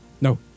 No